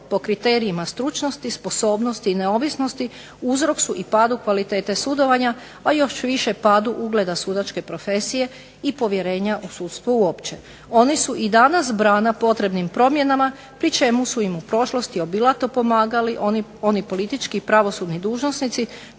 po kriterijima stručnosti, sposobnosti, neovisnosti uzrok su padu kvalitete sudovanja, a još više padu ugleda sudačke profesije i povjerenstva u sudstvo uopće. Oni su i danas brana potrebnim potrebama pri čemu su im u prošlosti obilato pomagali oni politički i pravosudni dužnosnici